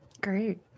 Great